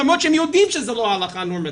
למרות שהם יודעים שזה לא ההלכה הנורמטיבית,